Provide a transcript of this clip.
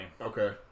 Okay